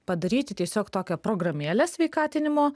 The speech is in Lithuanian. padaryti tiesiog tokią programėlę sveikatinimo